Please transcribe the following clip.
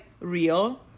real